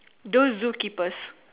those zookeepers